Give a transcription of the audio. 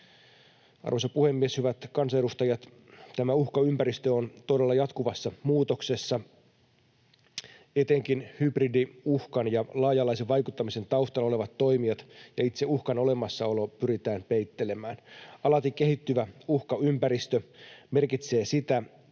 Arvoisa puhemies! Hyvät kansanedustajat! Tämä uhkaympäristö on todella jatkuvassa muutoksessa. Etenkin hybridiuhkan ja laaja-alaisen vaikuttamisen taustalla olevia toimijoita ja itse uhkan olemassaoloa pyritään peittelemään. Alati kehittyvä uhkaympäristö merkitsee sitä,